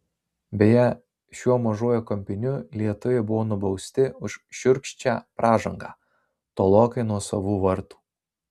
beje šiuo mažuoju kampiniu lietuviai buvo nubausti už šiurkščią pražangą tolokai nuo savų vartų